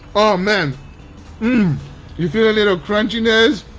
oh man you feel a little crunchiness